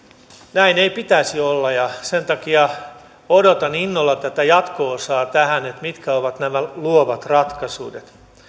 näin ei pitäisi olla ja sen takia odotan innolla jatko osaa tähän mitkä ovat nämä luovat ratkaisut